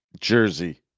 Jersey